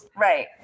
Right